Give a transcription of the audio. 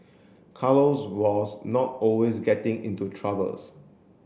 Carlos was not always getting into troubles